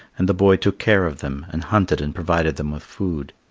and the boy took care of them and hunted and provided them with food.